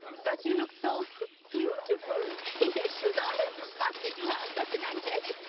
but you look so beautiful. yashoda is lucky to have such an angelic